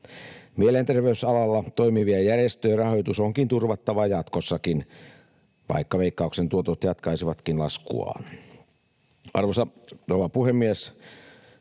Mielenterveysalalla toimivien järjestöjen rahoitus onkin turvattava jatkossakin, vaikka Veikkauksen tuotot jatkaisivatkin laskuaan. Arvoisa rouva puhemies!